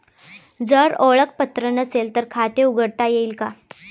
जर ओळखपत्र नसेल तर खाते उघडता येईल का?